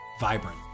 vibrant